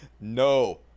no